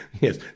Yes